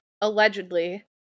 allegedly